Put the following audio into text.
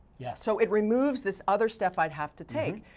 yes. so it removes this other stuff i'd have to take.